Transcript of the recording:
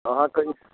अहाँकऽ जे